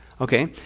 Okay